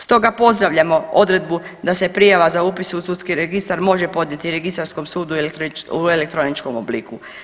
Stoga pozdravljamo odredbu da se prijava za upis u sudski registar može podnijeti registarskom sudu u elektroničkom obliku.